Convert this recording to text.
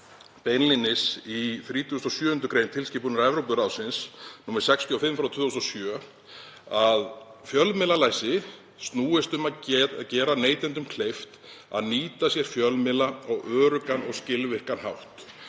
beinlínis í 37. gr. tilskipunar Evrópuráðsins, nr. 65/2007, að fjölmiðlalæsi snúist um að gera neytendum kleift að nýta sér fjölmiðla á öruggan og skilvirkan hátt.